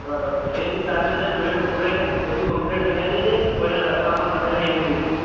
બરાબર છે એ તું તારા મેળે જોઇને ઊભો રહીને બધું કંપલેટ મિલાવી દેજે કોઈને રસ્તામાં નડે નહીં એવી રીતે